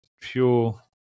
pure